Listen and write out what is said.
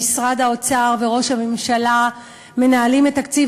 משרד האוצר וראש הממשלה מנהלים את תקציב